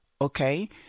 Okay